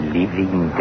living